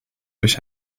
durch